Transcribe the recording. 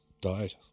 died